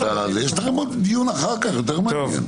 יש לכם עוד דיון אחר כך, יותר מעניין.